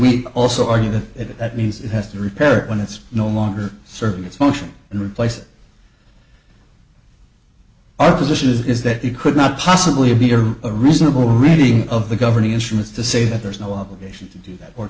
we also argue that that means it has to repair it when it's no longer serving its motion and replaced our position is that it could not possibly be a reasonable reading of the governing instruments to say that there is no obligation to do that or